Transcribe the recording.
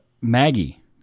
Maggie